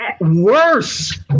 worse